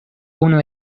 unu